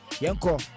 Yanko